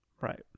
Right